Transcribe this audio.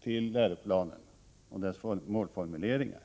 till läroplanen och dess målformuleringar.